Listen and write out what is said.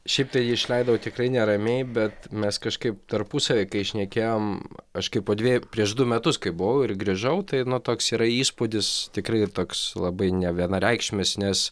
šiaip taip išleidau tikrai neramiai bet mes kažkaip tarpusavy kai šnekėjom aš kaip po dviejų prieš du metus kai buvau ir grįžau tai nu toks yra įspūdis tikrai toks labai nevienareikšmis nes